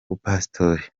ubupasitori